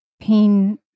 Pain